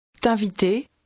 T'inviter